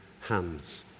hands